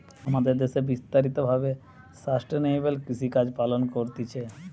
আমাদের দ্যাশে বিস্তারিত ভাবে সাস্টেইনেবল কৃষিকাজ পালন করতিছে